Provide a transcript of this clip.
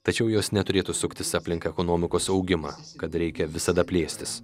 tačiau jos neturėtų suktis aplink ekonomikos augimą kad reikia visada plėstis